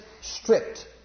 stripped